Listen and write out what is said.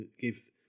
give